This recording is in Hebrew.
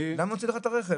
למה נוציא לך את הרכב?